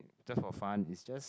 just for fun it's just